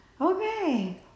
okay